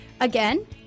Again